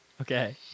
Okay